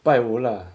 拜五 lah